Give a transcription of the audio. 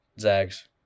zags